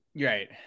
Right